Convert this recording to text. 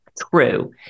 True